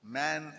man